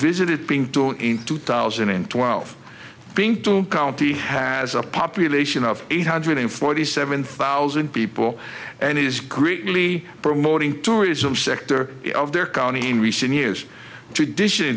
visit it being two in two thousand and twelve being two county has a population of eight hundred forty seven thousand people and is greatly promoting tourism sector of their county in recent years tradition in